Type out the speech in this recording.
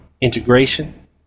integration